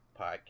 podcast